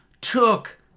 took